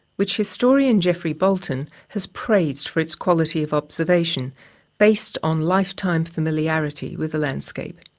which historian geoffrey bolton has praised for its quality of observation based on lifetime familiarity with the landscape.